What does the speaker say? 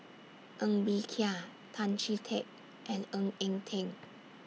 Ng Bee Kia Tan Chee Teck and Ng Eng Teng